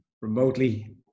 remotely